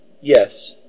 yes